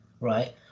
right